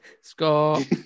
Scott